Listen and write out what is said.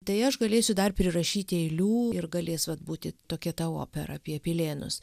deja aš galėsiu dar prirašyti eilių ir galės vat būti tokia ta opera apie pilėnus